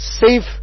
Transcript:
safe